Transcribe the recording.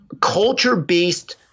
culture-based